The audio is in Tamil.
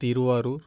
திருவாரூர்